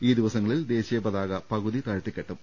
ഈ ദിവസ ങ്ങളിൽ ദേശീയപതാക പകുതി താഴ്ത്തിക്കെട്ടും